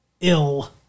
ill